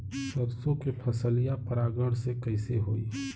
सरसो के फसलिया परागण से कईसे होई?